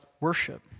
worship